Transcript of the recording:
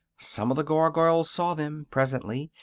some of the gargoyles saw them, presently,